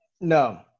No